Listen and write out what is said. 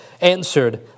answered